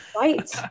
right